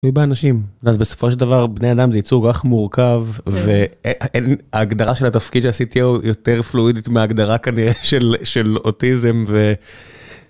מדובר באנשים אז בסופו של דבר בני אדם זה ייצור אך מורכב וההגדרה של התפקיד של ה-CTO יותר פלואידית מהגדרה כנראה של אוטיזם ו...